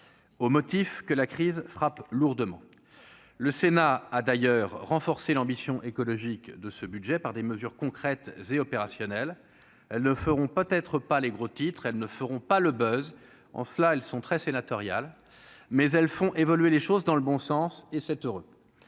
au motif que la crise frappe lourdement le Sénat a d'ailleurs renforcé l'ambition écologique de ce budget par des mesures concrètes et opérationnelles ne feront peut-être pas les gros titres, elle ne feront pas le besoin, en cela, elles sont très sénatorial mais elles font évoluer les choses dans le bon sens et c'est heureux,